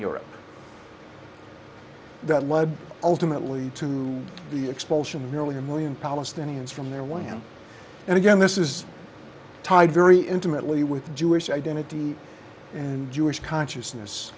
europe that lead ultimately to the expulsion nearly a million palestinians from their one and again this is tied very intimately with jewish identity in jewish consciousness